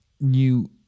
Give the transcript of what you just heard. new